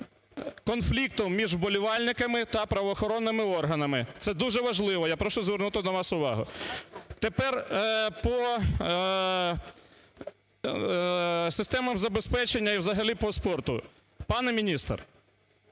конфліктом між вболівальниками та правоохоронними органами, це дуже важливо. Я прошу звернути на це увагу. Тепер по системах забезпечення і взагалі по спорту. Пане міністр,